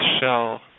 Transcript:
shell